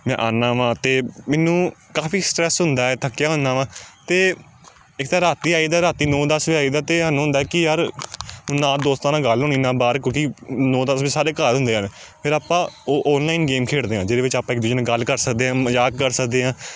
ਜਾਂ ਆਉਂਦਾ ਵਾਂ ਤਾਂ ਮੈਨੂੰ ਕਾਫੀ ਸਟ੍ਰੈੱਸ ਹੁੰਦਾ ਹੈ ਥੱਕਿਆ ਹੁੰਦਾ ਵਾ ਅਤੇ ਇੱਕ ਤਾਂ ਰਾਤੀ ਆਈ ਦਾ ਰਾਤੀ ਨੌ ਦਸ ਵਜੇ ਆਈ ਦਾ ਅਤੇ ਸਾਨੂੰ ਹੁੰਦਾ ਕਿ ਯਾਰ ਨਾ ਦੋਸਤਾਂ ਨਾਲ ਗੱਲ ਹੋਣੀ ਨਾ ਬਾਹਰ ਕਿਉਂਕਿ ਨੌ ਦਸ ਵਜੇ ਸਾਰੇ ਘਰ ਹੁੰਦੇ ਹੈ ਫੇਰ ਆਪਾਂ ਔ ਔਨਲਾਈਨ ਗੇਮ ਖੇਡਦੇ ਹਾਂ ਜਿਹਦੇ ਵਿੱਚ ਆਪਾਂ ਇੱਕ ਦੂਜੇ ਨਾਲ ਗੱਲ ਕਰ ਸਕਦੇ ਹਾਂ ਮਜ਼ਾਕ ਕਰ ਸਕਦੇ ਹਾਂ